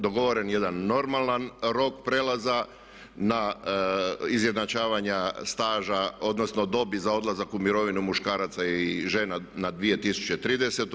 Dogovoren je jedan normalan rok prelaza na izjednačavanja staža odnosno dobi za odlazak u mirovinu muškaraca i žena na 2030.